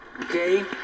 Okay